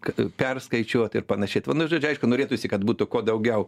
kad jau perskaičiuot ir panašiai tai va vienu žodžiu aišku norėtųsi kad būtų kuo daugiau